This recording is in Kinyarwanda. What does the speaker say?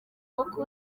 kuko